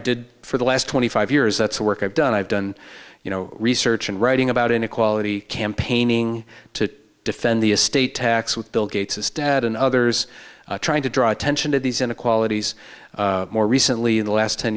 did for the last twenty five years that's the work i've done i've done you know research and writing about inequality campaigning to defend the estate tax with bill gates's dad and others trying to draw attention to these inequalities more recently in the last ten